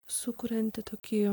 sukurianti tokį